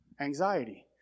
Anxiety